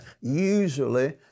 usually